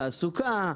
התעסוקה,